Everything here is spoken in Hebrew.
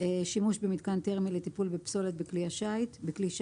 שימוש במיתקן תרמי לטיפול בפסולת בכלי שיט,